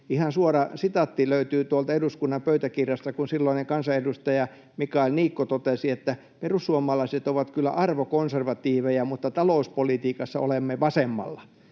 Ihan suora sitaatti löytyy tuolta eduskunnan pöytäkirjasta, kun silloinen kansanedustaja Mika Niikko totesi, että perussuomalaiset ovat kyllä arvokonservatiiveja mutta talouspolitiikassa ovat vasemmalla.